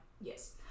Yes